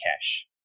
cash